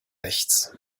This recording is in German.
rechts